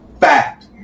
Fact